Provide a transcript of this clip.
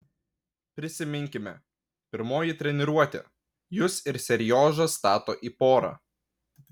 prisiminkime pirmoji treniruotė jus ir seriožą stato į porą